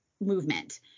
movement